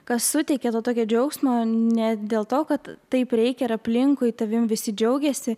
kas suteikia to tokio džiaugsmo ne dėl to kad taip reikia ir aplinkui tavim visi džiaugiasi